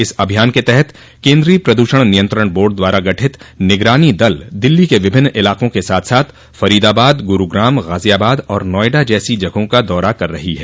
इस अभियान के तहत केंद्रीय प्रदूषण नियंत्रण बोर्ड द्वारा गठित निगरानी दल दिल्ली के विभिन्न इलाकों के साथ साथ फरीदाबाद गरूग्राम गाजियाबाद और नोएडा जैसी जगहों का दौरा कर रही है